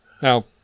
Now